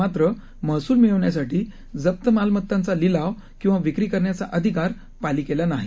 मात्रमहसूलमिळण्यासाठीजप्तमालमत्तांचालिलावकिंवाविक्रीकरण्याचाअधिकारपालिकेलानाही